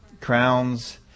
crowns